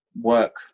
work